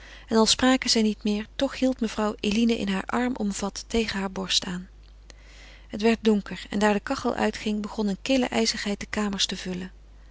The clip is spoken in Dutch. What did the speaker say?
en al spraken zij niet meer toch hield mevrouw eline in haar arm omvat tegen haar borst aan het werd donker en daar de kachel uitging begon een kille ijzigheid de kamers te vullen